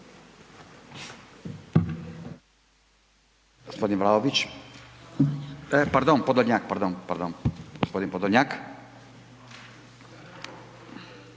Hvala.